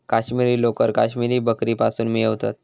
काश्मिरी लोकर काश्मिरी बकरीपासुन मिळवतत